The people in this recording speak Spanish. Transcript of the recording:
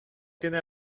tiene